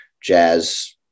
jazz